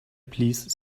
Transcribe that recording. please